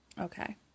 Okay